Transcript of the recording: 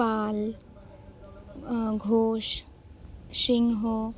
পাল Ghosh সিংহ